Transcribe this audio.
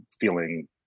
feeling